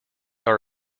our